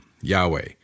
Yahweh